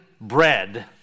bread